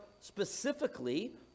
specifically